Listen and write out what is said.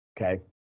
okay